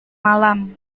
malam